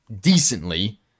decently